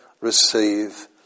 receive